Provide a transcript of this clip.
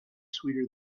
sweeter